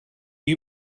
you